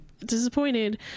disappointed